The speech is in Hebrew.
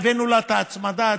הבאנו להן את ההצמדה העתידית,